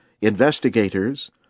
Investigators